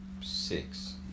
six